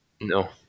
no